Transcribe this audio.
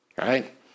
right